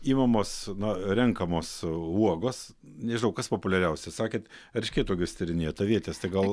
imamos na renkamos uogos nežinau kas populiariausia sakėt erškėtuoges tyrinėjat avietes tai gal